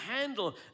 handle